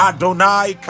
Adonai